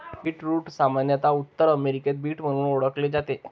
beetroot सामान्यत उत्तर अमेरिकेत बीट म्हणून ओळखले जाते